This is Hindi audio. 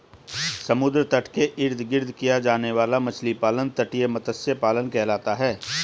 समुद्र तट के इर्द गिर्द किया जाने वाला मछली पालन तटीय मत्स्य पालन कहलाता है